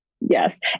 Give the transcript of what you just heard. yes